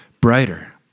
brighter